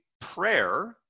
prayer